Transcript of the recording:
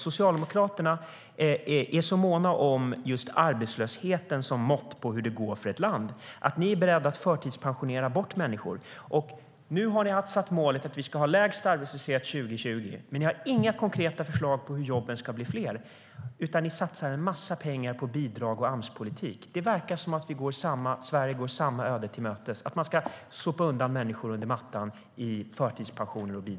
Socialdemokraterna är så måna om just arbetslösheten som mått på hur det går för ett land att ni är beredda att förtidspensionera bort människor. Det verkar som att Sverige går samma öde till mötes, det vill säga att sopa undan människor under mattan i förtidspensioner och bidrag.